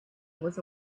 was